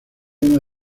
una